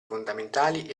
fondamentali